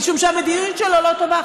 משום שהמדיניות שלו לא טובה.